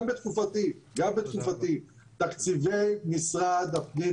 גם בתקופתי תקציבי משרד הפנים,